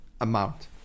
amount